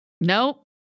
Nope